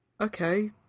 okay